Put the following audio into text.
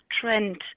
trend